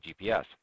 GPS